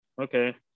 Okay